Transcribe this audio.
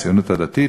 הציונות הדתית,